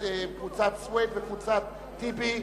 חנא סוייד, אחמד טיבי,